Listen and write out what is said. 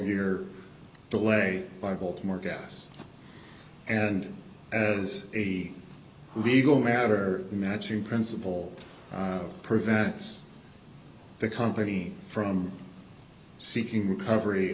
year delay bible to more gas and as a legal matter matching principle prevents the company from seeking recovery